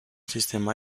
sistema